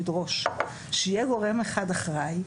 שיהיה גורם אחד אחראי,